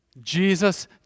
Jesus